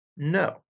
No